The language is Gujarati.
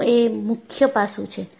તેનું એ મુખ્ય પાસું છે